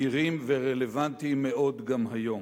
בהירים ורלוונטיים מאוד גם היום.